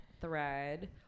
thread